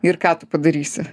ir ką tu padarysi